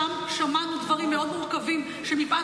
ושם שמענו דברים מאוד מורכבים שמפאת